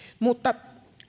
mutta